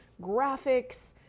graphics